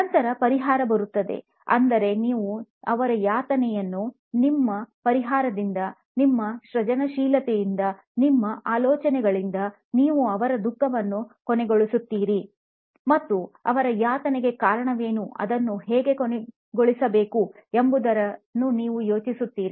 ನಂತರ ಪರಿಹಾರ ಬರುತ್ತದೆ ಅಂದರೆ ನೀವು ಅವರ ಯಾತನೆಯನ್ನು ನಿಮ್ಮ ಪರಿಹಾರದಿಂದ ನಿಮ್ಮ ಸೃಜನಶೀಲತೆಯಿಂದ ನಿಮ್ಮ ಆಲೋಚನೆಗಳಿಂದ ನೀವು ಅವರ ದುಃಖವನ್ನು ಕೊನೆಗೊಳಿಸುತ್ತೀರಿ ಮತ್ತು ಅವರ ಯಾತನೆಗೆ ಕಾರಣವೇನು ಅದನ್ನು ಹೇಗೆ ಕೊನೆಗೊಳಿಸಬೇಕು ಎಂಬುದನ್ನು ನೀವು ಯೋಚಿಸುತ್ತೀರಿ